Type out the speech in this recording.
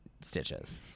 stitches